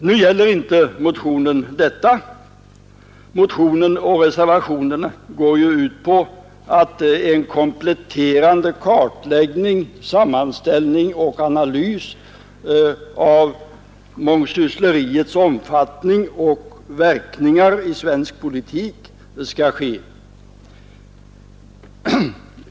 Nu gäller inte motionen detta; motionen och reservationen går ut på att en kompletterande kartläggning, sammanställning och analys av mångsyssleriets omfattning och verkningar i svensk politik skall ske.